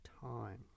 time